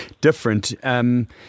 different